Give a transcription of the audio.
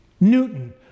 Newton